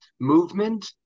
movement